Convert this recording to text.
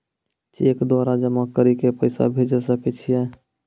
Cheque द्वारा जमा करि के पैसा भेजै सकय छियै?